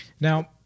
Now